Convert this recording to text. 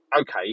okay